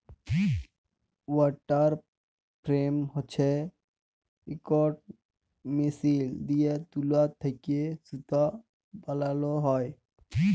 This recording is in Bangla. ওয়াটার ফ্রেম হছে ইকট মেশিল দিঁয়ে তুলা থ্যাকে সুতা বালাল হ্যয়